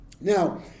Now